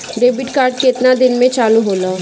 Debit card केतना दिन में चालु होला?